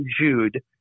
Jude